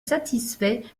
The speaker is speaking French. satisfaits